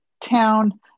town